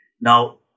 Now